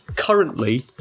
currently